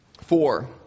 Four